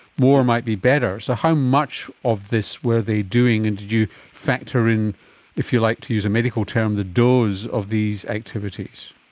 more might be better. so how much of this were they doing, and did you factor in if you like to use a medical term the dose of these activities?